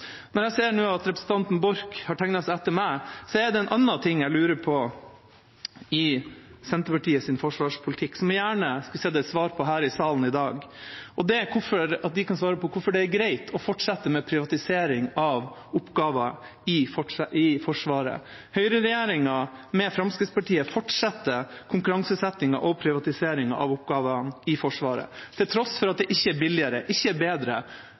Jeg ser nå at representanten Borch har tegnet seg etter meg, og da er det en annen ting i Senterpartiets forsvarspolitikk som jeg gjerne skulle fått et svar på her i salen i dag. Det er hvorfor det er greit å fortsette med privatisering av oppgaver i Forsvaret. Høyreregjeringa og Fremskrittspartiet fortsetter konkurranseutsettingen og privatiseringen av oppgavene i Forsvaret, til tross for at det ikke er billigere, ikke er bedre,